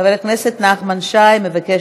21 חברי כנסת בעד, אין